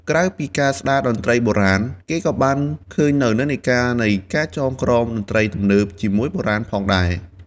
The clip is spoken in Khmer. ក្រៅពីការស្តារតន្ត្រីបុរាណ គេក៏បានឃើញនូវនិន្នាការនៃ ការចងក្រងតន្ត្រីទំនើបជាមួយបុរាណ ផងដែរ។